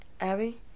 abby